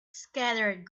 scattered